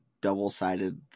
double-sided